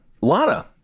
Lana